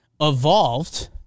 evolved